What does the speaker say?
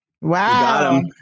Wow